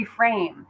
reframe